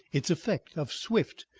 its effect of swift,